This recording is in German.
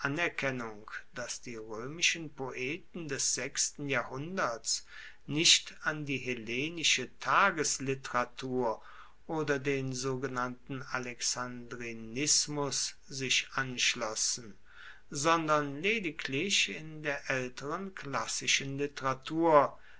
anerkennung dass die roemischen poeten des sechsten jahrhunderts nicht an die hellenische tagesliteratur oder den sogenannten alexandrinismus sich anschlossen sondern lediglich in der aelteren klassischen literatur